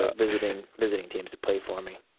ah visiting visiting teams play for me